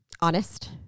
honest